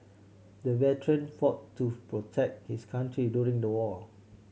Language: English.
the veteran fought to protect his country during the war